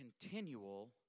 continual